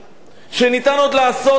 לעשות משהו.